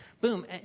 Boom